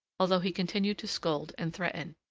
although he continued to scold and threaten.